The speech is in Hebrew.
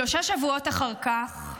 שלושה שבועות אחר כך,